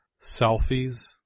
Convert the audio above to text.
selfies